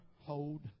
hold